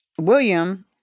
William